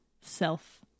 self